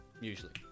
Usually